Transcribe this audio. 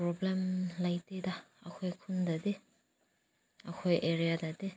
problem ꯂꯩꯇꯦꯗ ꯑꯩꯈꯣꯏ ꯈꯨꯟꯗꯗꯤ ꯑꯩꯈꯣꯏ ꯑꯦꯔꯤꯌꯥꯗꯗꯤ